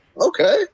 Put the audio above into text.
Okay